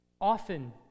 often